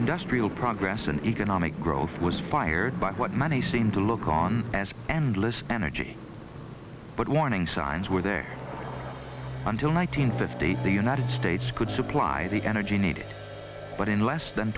industrial progress and economic growth was fired by what many seem to look on as endless energy but warning signs were there until one nine hundred fifty the united states could supply the energy needed but in less than